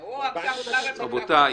--- רבותי,